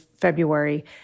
February